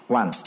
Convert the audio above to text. one